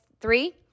three